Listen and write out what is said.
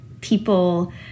people